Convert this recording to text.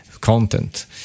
content